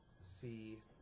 see